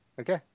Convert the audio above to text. Okay